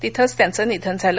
तिथच त्यांचं निधन झालं